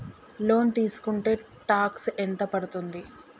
Loan తీస్కుంటే tax ఎంత పడ్తుంది?